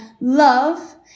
love